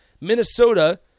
Minnesota